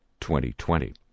2020